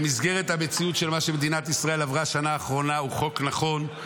במסגרת המציאות של מה שמדינת ישראל עברה בשנה האחרונה הוא חוק נכון,